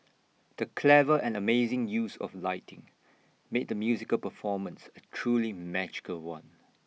the clever and amazing use of lighting made the musical performance A truly magical one